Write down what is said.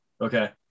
okay